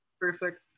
perfect